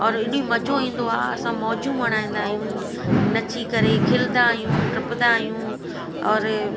और एॾी मज़ो ईंदो आहे असां मौजूं मञाईंदा आहियूं नची करे खिलंदा आहियूं टपंदा आहियूं औरि